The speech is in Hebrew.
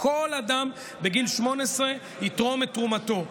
כל אדם בגיל 18 יתרום את תרומתו.